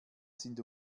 sind